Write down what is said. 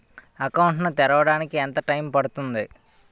Account ను తెరవడానికి ఎంత టైమ్ పడుతుంది?